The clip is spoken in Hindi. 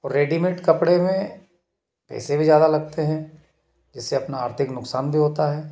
रेडिमेड कपड़े में पैसे भी ज़्यादा लगतें हैं इससे अपना आर्थिक नुकसान भी होता हैं